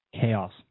chaos